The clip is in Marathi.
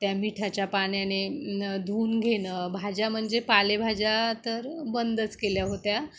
त्या मिठाच्या पाण्याने न धुऊन घेणं भाज्या म्हणजे पालेभाज्या तर बंदच केल्या होत्या